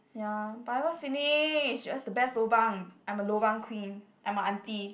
ya but I ever finished where's the best lobang I'm a lobang queen I'm a auntie